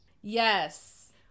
Yes